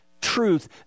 truth